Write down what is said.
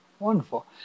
Wonderful